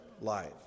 life